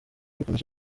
rukomeje